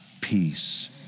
peace